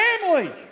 family